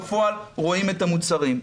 בפועל רואים את המוצרים.